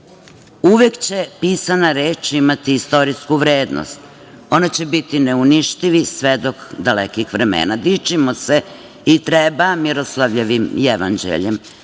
Uvek će pisana reč imati istorijsku vrednost. Ona će biti neuništivi svedok dalekih vremena. Dičimo se, i treba, Miroslavljevim jevanđeljem.